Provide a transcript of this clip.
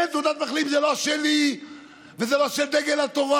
כן, תעודת מחלים זה לא שלי וזה לא של דגל התורה.